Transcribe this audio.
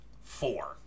four